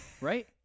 right